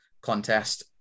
contest